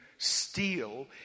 steal